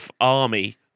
army